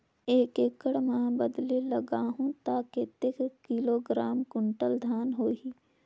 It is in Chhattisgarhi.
एक एकड़ मां बदले लगाहु ता कतेक किलोग्राम कुंटल धान होही?